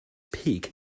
peak